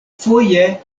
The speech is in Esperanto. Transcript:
foje